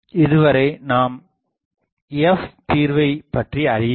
இதுவரை நாம் f தீர்வை பற்றிஅறியவில்லை